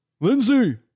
Lindsay